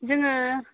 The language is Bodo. जोङो